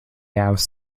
have